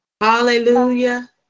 Hallelujah